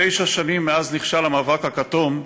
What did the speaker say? תשע שנים מאז נכשל המאבק הכתום,